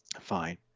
Fine